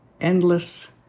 endless